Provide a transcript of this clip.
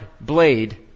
blade